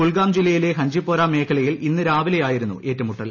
കുൽഗാം ജില്ലയിലെ ഹഞ്ചിപ്പോര മേഖലയിൽ രാവിലെയായിരുന്നു ഏറ്റുമുട്ടൽ